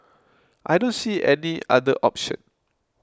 I don't see any other option